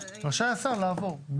רשאי השר לעבור".